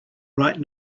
right